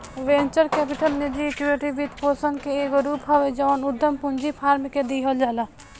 venture capital निजी equity वित्तपोषण के एगो रूप हवे जवन उधम पूंजी फार्म के दिहल जाला